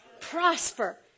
prosper